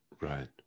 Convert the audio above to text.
Right